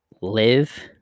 live